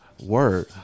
Word